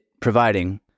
providing